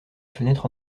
fenêtre